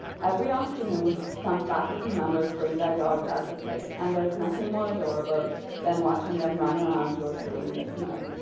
every afternoon, some faculty members bring their dogs out to play, and there is nothing more adorable than watching then run around joyfully in the snow.